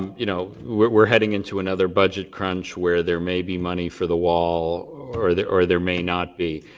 you know, we're heading into another budget crunch where there may be money for the wall or there or there may not be.